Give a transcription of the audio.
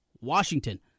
Washington